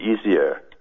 easier